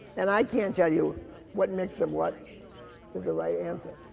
and i can't tell you what makes them what is the right answer.